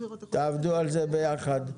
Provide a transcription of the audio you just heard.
תעבדו על זה ביחד.